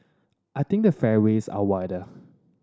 I think the fairways are wider